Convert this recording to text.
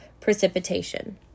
precipitation